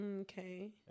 Okay